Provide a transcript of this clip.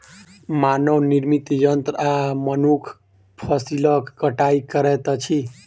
मानव निर्मित यंत्र आ मनुख फसिलक कटाई करैत अछि